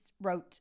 wrote